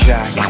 Jack